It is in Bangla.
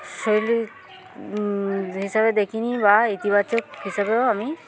শৈলী হিসাবে দেখিনি বা ইতিবাচক হিসাবেও আমি